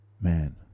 man